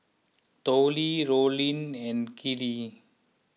Tollie Rollin and Keely